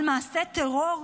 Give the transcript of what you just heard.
על מעשי טרור?